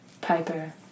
Piper